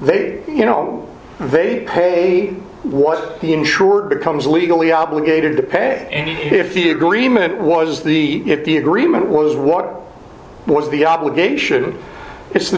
they you know they pay what the insured becomes legally obligated to pay and if the agreement was the if the agreement was what was the obligation it's